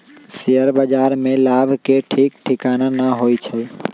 share बाजार में लाभ के ठीक ठिकाना न होइ छइ